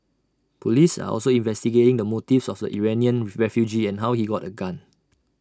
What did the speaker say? Police are also investigating the motives of the Iranian refugee and how he got A gun